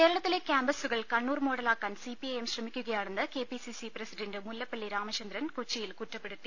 കേരളത്തിലെ ക്യാമ്പസുകൾ കണ്ണൂർ മോഡലാക്കാൻ സിപിഐഎം ശ്രമിക്കുകയാണെന്ന് KPCC president Mullappally Ramachandran കൊച്ചിയിൽ കുറ്റപ്പെടുത്തി